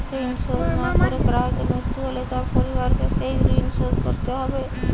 ঋণ শোধ না করে গ্রাহকের মৃত্যু হলে তার পরিবারকে সেই ঋণ শোধ করতে হবে?